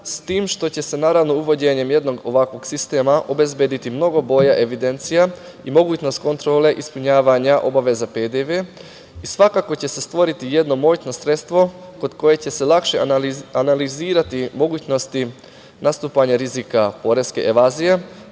s tim što će se naravno uvođenjem jednog ovakvog sistema obezbediti mnogo bolja evidencija i mogućnost kontrole ispunjavanja obaveza PDV-a i svakako će se stvoriti jedno moćno sredstvo kod kojeg će se lakše analizirati mogućnosti nastupanja rizika poreske evazije